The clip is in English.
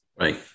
Right